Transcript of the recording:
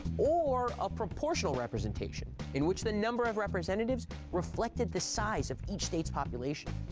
or of proportional representation, in which the number of representatives reflected the size of each state's population.